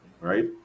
right